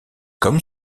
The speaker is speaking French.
comme